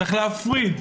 צריך להפריד.